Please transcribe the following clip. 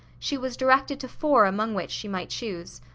she was directed to four among which she might choose.